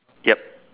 ya